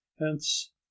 hence